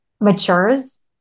matures